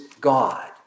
God